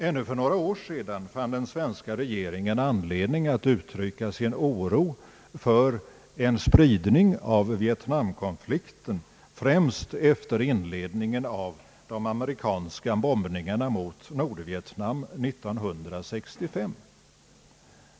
Ännu för några år sedan fann den svenska regeringen anledning att uttrycka sin oro för en spridning av Vietnamkonflikten, främst efter inledningen av de amerikanska bombningarna mot Nordvietnam 1965.